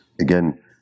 again